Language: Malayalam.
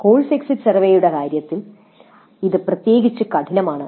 കോഴ്സ് എക്സിറ്റ് സർവേയുടെ കാര്യത്തിൽ ഇത് പ്രത്യേകിച്ച് കഠിനമാണ്